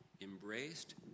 embraced